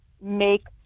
make